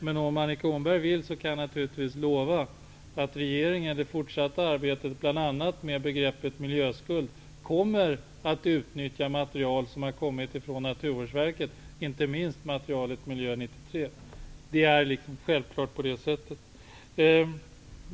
Om Annika Åhnberg vill kan jag naturligtvis lova att regeringen i det fortsatta arbetet, bl.a. med begreppet miljöskuld, kommer att utnyttja material som har kommit från Naturvårdsverket -- inte minst det material som finns i rapporten Miljö - 93. Det är självklart på det sättet.